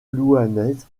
louhannaise